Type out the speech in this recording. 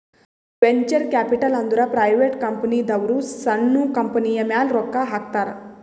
venture capital ಅಂದುರ್ private ಕಂಪನಿದವ್ರು ಸಣ್ಣು ಕಂಪನಿಯ ಮ್ಯಾಲ ರೊಕ್ಕಾ ಹಾಕ್ತಾರ್